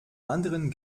anderen